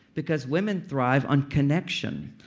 because women thrive on connection.